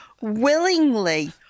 willingly